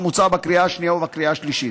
המוצע בקריאה השנייה ובקריאה השלישית.